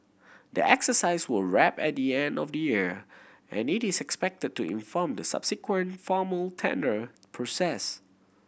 the exercise will wrap at the end of the year and it is expected to inform the subsequent formal tender process